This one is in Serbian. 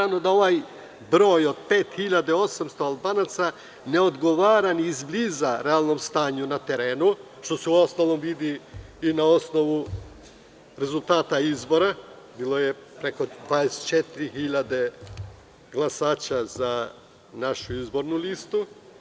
Ovaj broj od 5.800 Albanaca ne odgovara ni izbliza realnom stanju na terenu, što se uostalom vidi na osnovu rezultata izbora, jer je bilo preko 24.000 glasača za našu izbornu listu.